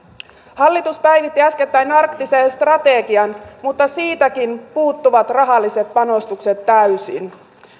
hallitus päivitti äskettäin arktisen strategian mutta siitäkin puuttuvat rahalliset panostukset täysin